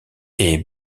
est